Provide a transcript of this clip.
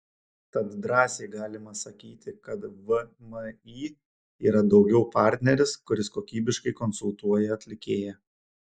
tad drąsiai galima sakyti kad vmi yra daugiau partneris kuris kokybiškai konsultuoja atlikėją